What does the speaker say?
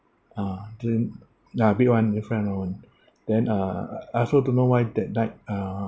uh then ya big [one] they fly around [one] then uh I also don't know why that night uh